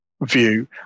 view